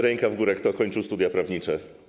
Ręka w górę, kto kończył studia prawnicze.